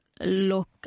look